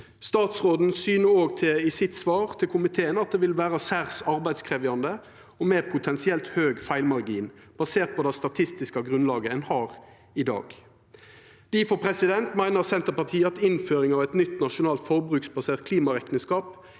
Statsråden syner i svaret sitt til komiteen at det vil vera særs arbeidskrevjande og ha potensielt høg feilmargin basert på det statistiske grunnlaget ein har i dag. Difor meiner Senterpartiet at innføring av eit nytt nasjonalt forbruksbasert klimarekneskap